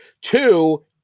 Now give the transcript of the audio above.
two